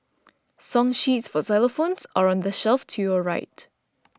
song sheets for xylophones are on the shelf to your right